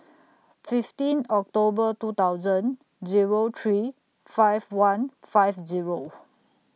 fifteen October two thousand Zero three five one five